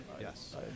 Yes